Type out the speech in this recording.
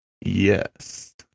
Yes